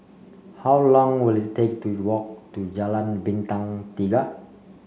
how long will it take to walk to Jalan Bintang Tiga